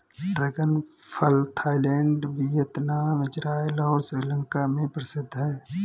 dragon फल Thailand, Vietnam, Israel और श्रीलंका में प्रसिद्ध है